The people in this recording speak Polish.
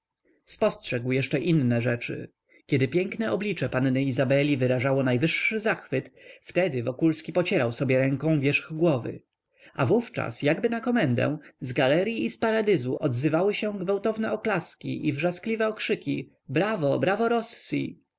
spostrzegł jeszcze inne rzeczy kiedy piękne oblicze panny izabeli wyrażało najwyższy zachwyt wtedy wokulski pocierał sobie ręką wierzch głowy a wówczas jakby na komendę z galeryi i z paradyzu odzywały się gwałtowne oklaski i wrzaskliwe okrzyki brawo brawo rossi